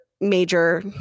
major